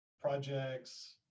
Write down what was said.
projects